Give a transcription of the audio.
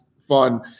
fun